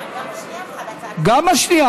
גם השנייה.